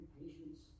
patience